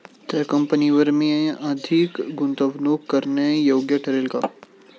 त्या कंपनीवर मी अधिक गुंतवणूक करणे योग्य ठरेल का?